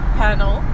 panel